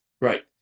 Right